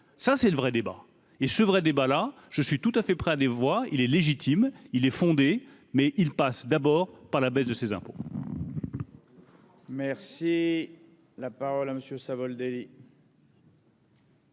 ça c'est le vrai débat est-ce vrai débat, là je suis tout à fait prêt à des voix, il est légitime, il est fondé, mais il passe d'abord par la baisse de ses hein.